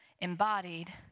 embodied